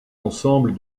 ensemble